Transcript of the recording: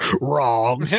Wrong